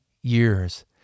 years